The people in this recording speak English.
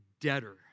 debtor